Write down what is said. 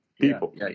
people